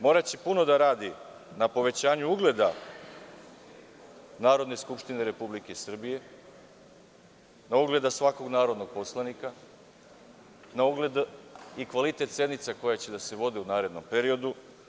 Moraće puno da radi na povećanju ugleda Narodne skupštine Republike Srbije, na ugledu svakog narodnog poslanika, na ugled i kvalitet sednica koje će se voditi u narednom periodu.